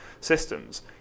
systems